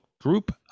group